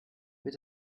mit